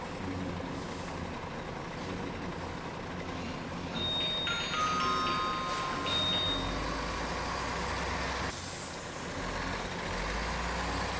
ᱟᱹᱰᱤ ᱜᱮ ᱱᱟᱯᱟᱭᱟ ᱡᱮᱞᱮᱠᱟ ᱱᱚᱝᱠᱟ ᱡᱤᱱᱤᱥ ᱞᱮ ᱫᱚᱦᱚ ᱠᱟᱜᱼᱟ ᱡᱮᱞᱮᱠᱟ ᱱᱚᱜᱼᱚᱸᱭ